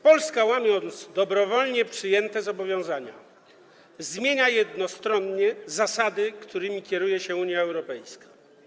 Polska, łamiąc dobrowolnie przyjęte zobowiązania, zmienia jednostronnie zasady, którymi kieruje się Unia Europejska.